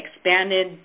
expanded